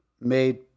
Made